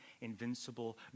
invincible